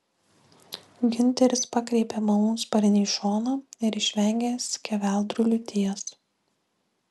giunteris pakreipė malūnsparnį į šoną ir išvengė skeveldrų liūties